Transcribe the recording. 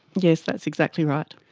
yes, that's exactly right.